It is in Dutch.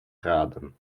graden